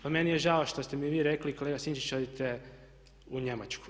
Pa meni je žao što ste mi vi rekli kolega Sinčić odite u Njemačku.